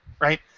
right